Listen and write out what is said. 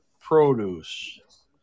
produce